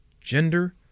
gender